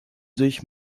sich